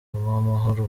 uwamahoro